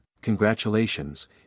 congratulations